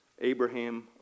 Abraham